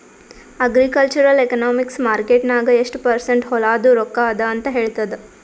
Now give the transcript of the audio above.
agricultural economics market ನಾಗ್ ಎಷ್ಟ percent ಹೊಲಾದು ರೊಕ್ಕಾ ಅದ ಅಂತ ಹೇಳ್ತದ್